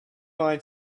mind